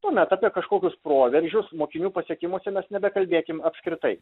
tuomet apie kažkokius proveržius mokinių pasiekimuose mes nebekalbėkim apskritai